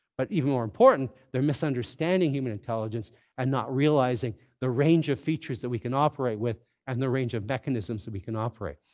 but even more important, they're misunderstanding human intelligence and not realizing the range of features that we can operate with and the range of mechanisms that we can operate.